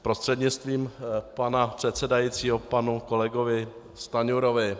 Prostřednictvím pana předsedajícího panu kolegovi Stanjurovi.